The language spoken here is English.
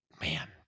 man